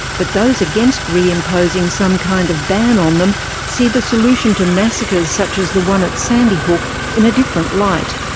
but those against reimposing some kind of ban on them see the solution to massacres such as the one at sandy hook in a different light.